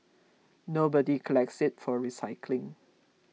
nobody collects it for recycling